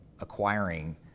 acquiring